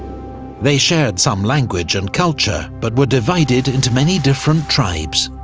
they shared some language and culture, but were divided into many different tribes.